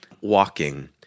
walking